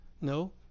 No